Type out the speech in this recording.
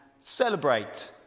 celebrate